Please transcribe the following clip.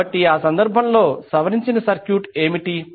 కాబట్టి ఆ సందర్భంలో సవరించిన సర్క్యూట్ ఏమిటి